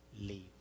leave